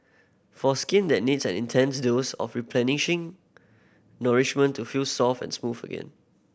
for skin that needs an intense dose of replenishing nourishment to feel soft and smooth again